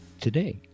today